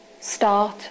start